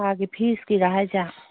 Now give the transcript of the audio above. ꯊꯥꯒꯤ ꯐꯤꯁꯀꯤꯔꯥ ꯍꯥꯏꯁꯦ